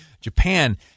Japan